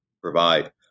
provide